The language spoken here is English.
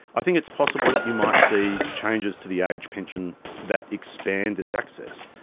i think it's possible that you might see changes to the age pension that expand its access.